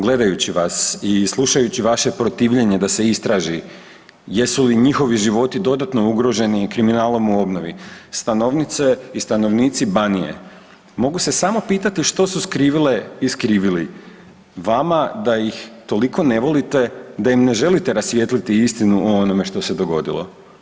Gledajući vas i slušajući vaše protivljenje da se istraži jesu li njihovi životi dodatno ugroženi kriminalom u obnovi stanovnice i stanovnici Banije mogu se samo pitati što su skrivile i skrivili vama da ih toliko ne volite da im ne želite rasvijetliti istinu o onome što se dogodilo.